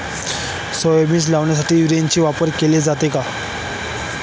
Soybean लागवडीसाठी युरियाचा वापर केला जातो का?